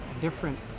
different